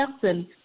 person